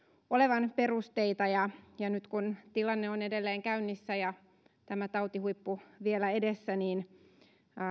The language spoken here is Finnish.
olevan perusteita ja nyt kun tilanne on edelleen käynnissä ja tämä tautihuippu vielä edessä niin